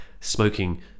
smoking